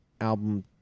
album